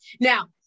Now